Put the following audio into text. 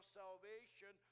salvation